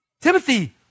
Timothy